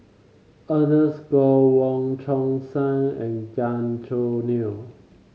Ernest Goh Wong Chong Sai and Gan Choo Neo